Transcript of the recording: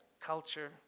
culture